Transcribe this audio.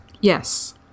yes